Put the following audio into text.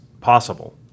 possible